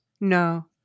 No